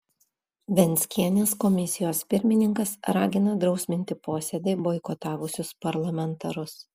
venckienės komisijos pirmininkas ragina drausminti posėdį boikotavusius parlamentarus